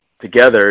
together